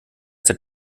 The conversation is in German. der